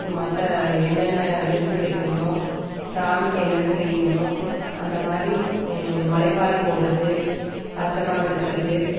மற்ற என்னன்ன விருந்து வைக்கணுமோ சாமிக்கு என்னன்ன செய்யணுமோ அந்த மாதிரி முளைப்பாரி போடுறது பச்சைமாவு எடுக்கிறது